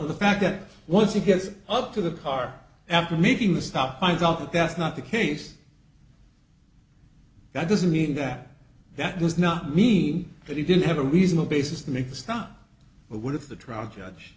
of the fact that once he gets up to the car after making the stop finds out that that's not the case that doesn't mean that that does not mean that he didn't have a reasonable basis to make this stop but what if the trial judge